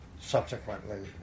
subsequently